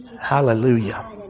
Hallelujah